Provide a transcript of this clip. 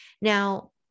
now